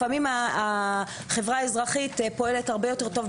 לפעמים החברה האזרחית פועלת הרבה יותר טוב,